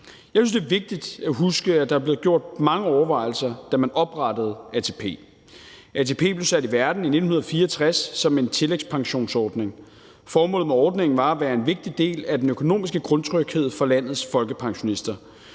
Jeg synes, det er vigtigt at huske, at der blev gjort mange overvejelser, da man oprettede ATP. ATP blev sat i verden i 1964 som en tillægspensionsordning. Formålet med ordningen var at være en vigtig del af den økonomiske grundtryghed for landets folkepensionister.